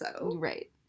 Right